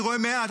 אני רואה מעט,